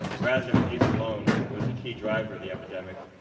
rather than abuse alone, was a key driver of the epidemic,